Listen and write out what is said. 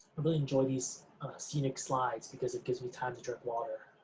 really enjoy these scenic slides because it gives me time to drink water.